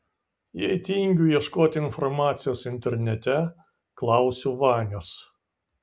jei tingiu ieškoti informacijos internete klausiu vanios